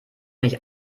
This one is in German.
nicht